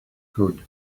good